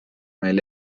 meil